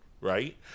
right